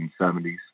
1970s